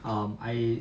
um I